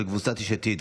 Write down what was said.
של קבוצת סיעת יש עתיד,